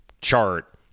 chart